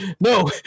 no